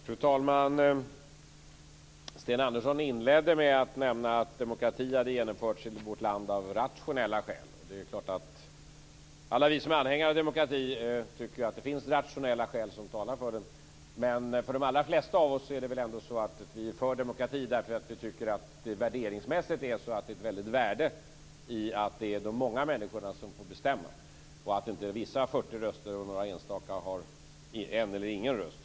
Fru talman! Sten Andersson inledde med att säga att demokrati hade genomförts i vårt land av rationella skäl. Det är klart att alla vi som är anhängare av demokrati tycker att det finns rationella skäl som talar för det. Men de allra flesta av oss är för demokrati därför att vi tycker att det ligger ett stort värde i att det är de många människorna som får bestämma så att inte vissa har 40 röster och några enstaka har en eller ingen röst.